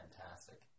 fantastic